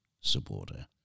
supporter